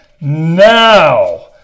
Now